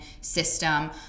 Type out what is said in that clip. system